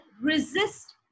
resist